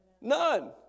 None